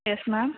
yes ma'am